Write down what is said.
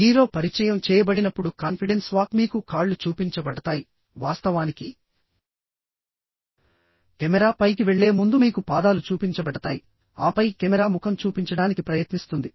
hero పరిచయం చేయబడినప్పుడు confidence walk మీకు కాళ్ళు చూపించబడతాయి వాస్తవానికి కెమెరా పైకి వెళ్ళే ముందు మీకు పాదాలు చూపించబడతాయి ఆపై కెమెరా ముఖం చూపించడానికి ప్రయత్నిస్తుంది